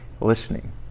listening